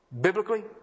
Biblically